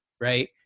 right